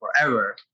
forever